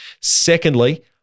Secondly